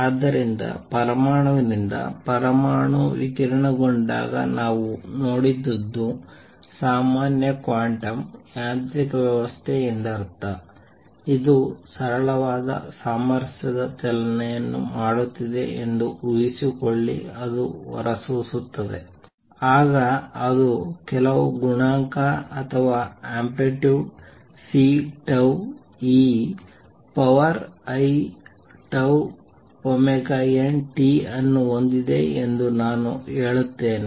ಆದ್ದರಿಂದ ಪರಮಾಣುವಿನಿಂದ ಪರಮಾಣು ವಿಕಿರಣಗೊಂಡಾಗ ನಾವು ನೋಡಿದದ್ದು ಸಾಮಾನ್ಯ ಕ್ವಾಂಟಮ್ ಯಾಂತ್ರಿಕ ವ್ಯವಸ್ಥೆ ಎಂದರ್ಥ ಇದು ಸರಳವಾದ ಸಾಮರಸ್ಯದ ಚಲನೆಯನ್ನು ಮಾಡುತ್ತಿದೆ ಎಂದು ಊಹಿಸಿಕೊಳ್ಳಿ ಅದು ಹೊರಸೂಸುತ್ತದೆ ಆಗ ಅದು ಕೆಲವು ಗುಣಾಂಕ ಅಥವಾ ಅಂಪ್ಲಿಟ್ಯೂಡ್ Ceiτnt ಅನ್ನು ಹೊಂದಿದೆ ಎಂದು ನಾನು ಹೇಳುತ್ತೇನೆ